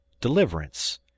Deliverance